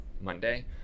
Monday